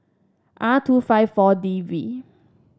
R two five four D V